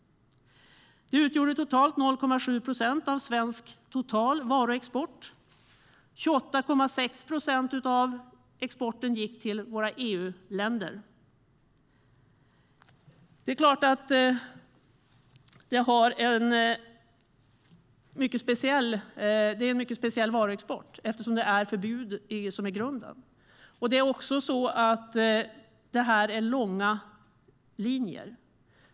Denna export utgjorde totalt 0,7 procent av den totala svenska varuexporten. 28,6 procent av exporten gick till EU-länder. Givetvis är det en mycket speciell varuexport eftersom det ligger ett förbud i grunden. Det är också långa linjer.